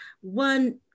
one